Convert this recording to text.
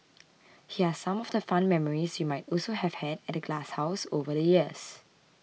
here are some of the fun memories you might also have had at the glasshouse over the years